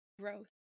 growth